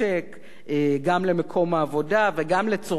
גם למקום העבודה וגם לצורכי העובד.